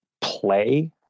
play